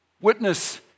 Witness